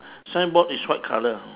signboard is white colour